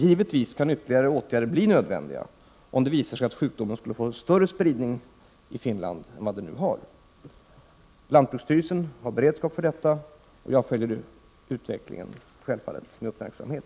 Givetvis kan ytterligare åtgärder bli nödvändiga om det visar sig att sjukdomen skulle få större spridning i Finland än den nu har. Lantbruksstyrelsen har beredskap för detta. Jag följer utvecklingen med uppmärksamhet.